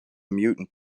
mutant